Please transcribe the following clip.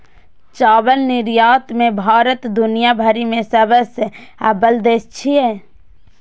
चावल निर्यात मे भारत दुनिया भरि मे सबसं अव्वल देश छियै